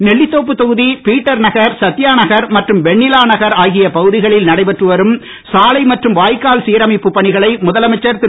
நெல்லிதோப்பு தொகுதி பீட்டர் நகர் சத்யா நகர் மற்றும் வெண்ணிலா நகர் ஆகிய பகுதிகளில் நடைபெற்று வரும் சாலை மற்றும் வாய்க்கால் சீரமைப்புப் பணிகளை முதலமைச்சர் திரு